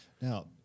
Now